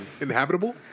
inhabitable